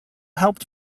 helped